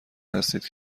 هستید